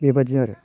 बेबायदि आरो